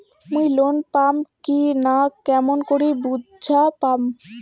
মুই লোন পাম কি না কেমন করি বুঝা পাম?